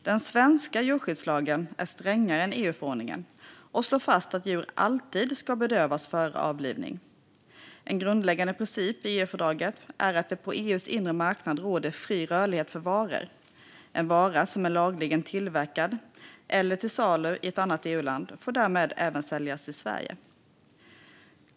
Den svenska djurskyddslagen är strängare än EU-förordningen och slår fast att djur alltid ska bedövas före avlivning. En grundläggande princip i EU-fördraget är att det på EU:s inre marknad råder fri rörlighet för varor. En vara som är lagligen tillverkad eller till salu i ett annat EU-land får därmed även säljas i Sverige.